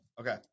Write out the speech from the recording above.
Okay